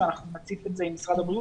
ואנחנו נציף את זה עם משרד הבריאות.